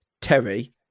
Terry